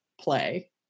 play